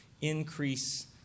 increase